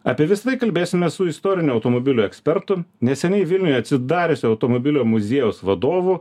apie visa tai kalbėsime su istorinių automobilių ekspertu neseniai vilniuje atsidariusio automobilio muziejaus vadovu